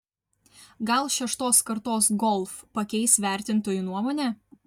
gal šeštos kartos golf pakeis vertintojų nuomonę